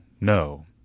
no